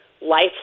life